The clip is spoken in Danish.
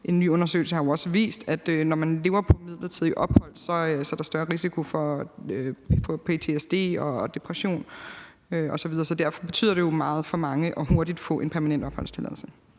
En ny undersøgelse har jo også vist, at når man lever på midlertidigt ophold, er der større risiko for at få ptsd, depression osv. Derfor betyder det jo meget for mange hurtigt at få en permanent opholdstilladelse.